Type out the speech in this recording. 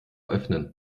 öffnen